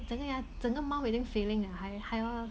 整个牙整个 mouth 已经 filling liao 还还要